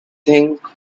think